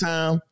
Time